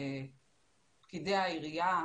פקידי העירייה,